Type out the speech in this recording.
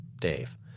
Dave